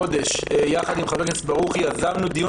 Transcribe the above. כחודש ביחד עם חבר הכנסת ברוכי יזמנו דיון